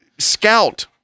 scout